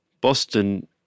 Boston